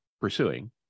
pursuing